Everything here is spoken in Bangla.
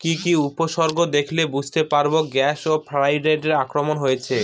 কি কি উপসর্গ দেখলে বুঝতে পারব গ্যাল ফ্লাইয়ের আক্রমণ হয়েছে?